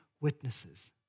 witnesses